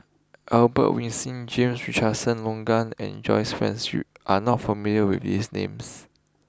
Albert Winsemius James Richardson Logan and Joyce Fans you are not familiar with these names